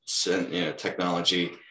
technology